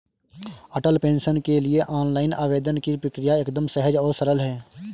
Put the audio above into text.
अटल pension के लिए online आवेदन की प्रक्रिया एकदम सहज और सरल है